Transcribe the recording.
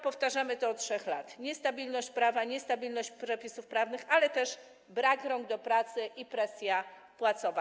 Powtarzamy to od 3 lat: niestabilność prawa, niestabilność przepisów prawnych, ale też brak rąk do pracy i presja płacowa.